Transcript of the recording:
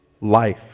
life